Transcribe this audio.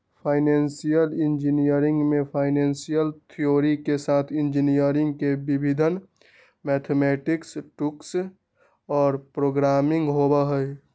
financial engineering में financial theory के साथ इंजीनियरिंग के विधियन, मैथेमैटिक्स टूल्स और प्रोग्रामिंग होबा हई